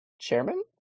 chairman